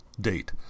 date